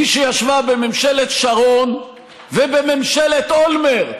מי שישבה בממשלת שרון ובממשלת אולמרט,